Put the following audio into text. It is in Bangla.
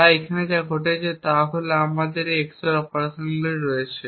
তাই এখানে যা ঘটছে তা হল আমাদের এই XOR অপারেশনগুলি রয়েছে